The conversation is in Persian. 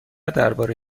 درباره